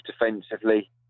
defensively